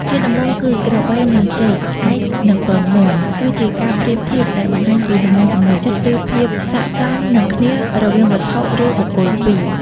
ជាដំបូងគឺ ក្របីនឹងចេក ក្អែកនឹងពងមាន់ គឺជាការប្រៀបធៀបដែលបង្ហាញពីចំណង់ចំណូលចិត្ត ឬភាពសក្ដិសមនឹងគ្នារវាងវត្ថុ ឬបុគ្គលពីរ។